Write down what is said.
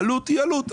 העלות היא עלות.